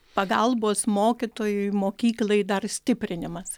pagalbos mokytojui mokyklai dar stiprinimas